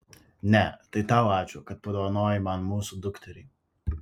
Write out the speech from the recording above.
ne tai tau ačiū kad padovanojai man mūsų dukterį